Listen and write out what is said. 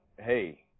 hey